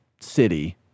city